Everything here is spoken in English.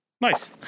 Nice